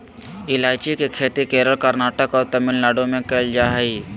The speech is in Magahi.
ईलायची के खेती केरल, कर्नाटक और तमिलनाडु में कैल जा हइ